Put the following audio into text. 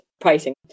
pricing